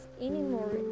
anymore